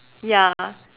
ya